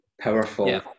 powerful